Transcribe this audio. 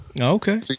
Okay